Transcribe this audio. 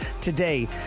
today